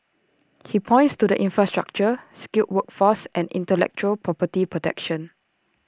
he points to the infrastructure skilled workforce and intellectual property protection